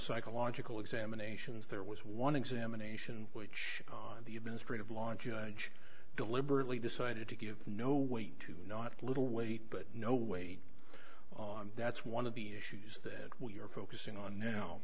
psychological examinations there was one examination which the administrative law judge deliberately decided to give no weight to not little weight but no weight that's one of the issues that we are focusing on now